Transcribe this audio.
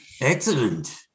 Excellent